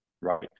right